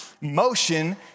Motion